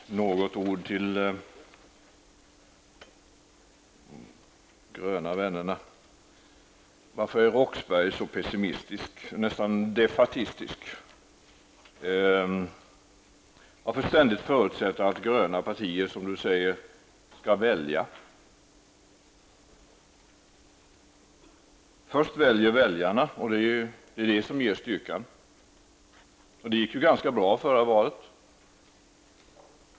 Herr talman! Jag vill säga några ord till de gröna vännerna. Varför är Claes Roxbergh så pessimistisk, nästan defatistisk? Varför förutsätter han ständigt att gröna partier, som han säger, skall välja? Först väljer väljarna, och det är detta som ger styrkan. Det gick ju ganska bra i det förra valet.